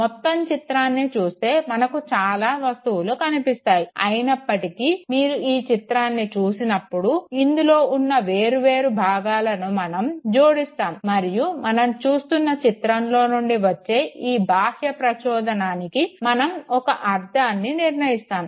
మొత్తం చిత్రాన్ని చూస్తే మనకు చాలా వస్తువులు కనిపిస్తున్నాయి అయినప్పటికీ మీరు ఈ చిత్రాన్ని చూసినప్పుడు ఇందులో ఉన్న వేరువేరు భాగాలను మనం జోడిస్తాము మరియు మనం చూస్తున్న చిత్రంలో నుండి వచ్చే ఈ బాహ్య ప్రచోదనానికి మనం ఒక అర్ధాన్ని నిర్ణయిస్తాము